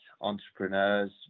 entrepreneurs